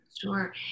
Sure